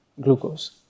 glucose